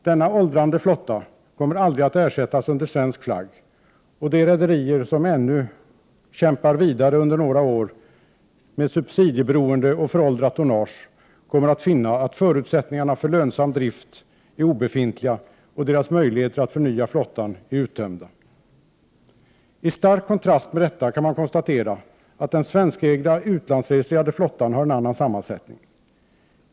Denna åldrande flotta kommer aldrig att ersättas under svensk flagg, och de rederier som ännu några år kämpar vidare med subsidieberoende och föråldrat tonnage kommer att finna att förutsättningarna för lönsam drift är obefintliga och deras möjligheter att förnya flottan är uttömda. I stark kontrast till detta kan konstateras att den svenskägda utlandsregistrerade flottan har en annan sammansättning.